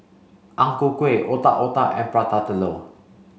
Ang Ku Kueh Otak Otak and Prata Telur